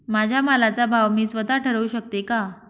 माझ्या मालाचा भाव मी स्वत: ठरवू शकते का?